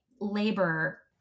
labor